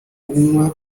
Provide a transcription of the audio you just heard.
unywa